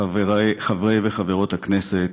חברי וחברות הכנסת,